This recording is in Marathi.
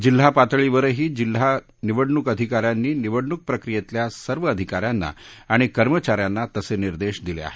जिल्हापातळीवरही जिल्हानिवडणूक अधिकाऱ्यांनी निवडणूक प्रक्रियेतल्या सर्व अधिकाऱ्यांना आणि कर्मचाऱ्यांना तसे निर्देश दिले आहेत